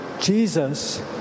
Jesus